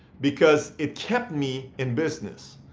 because it kept me in business.